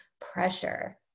pressure